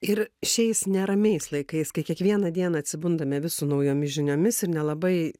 ir šiais neramiais laikais kai kiekvieną dieną atsibundame vis su naujomis žiniomis ir nelabai